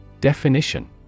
Definition